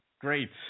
Great